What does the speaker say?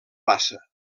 bassa